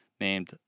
named